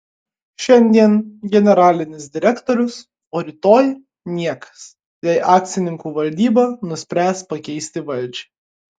šiandien generalinis direktorius o rytoj niekas jei akcininkų valdyba nuspręs pakeisti valdžią